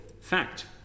fact